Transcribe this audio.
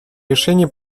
решения